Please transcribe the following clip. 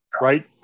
right